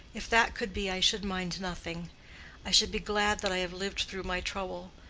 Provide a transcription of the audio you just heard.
if that could be, i should mind nothing i should be glad that i have lived through my trouble.